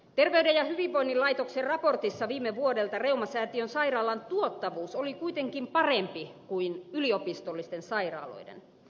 terveyden ja hyvinvoinnin laitoksen raportissa viime vuodelta reumasäätiön sairaalan tuottavuus oli kuitenkin parempi kuin yliopistollisten sairaaloiden